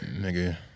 Nigga